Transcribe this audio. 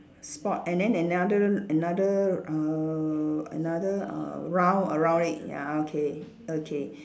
spot and then another another err another uh round around it ya okay okay